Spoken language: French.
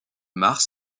mars